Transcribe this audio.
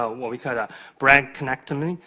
ah what we call brain connectivity,